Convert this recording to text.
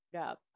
up